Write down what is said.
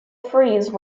freeze